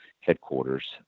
headquarters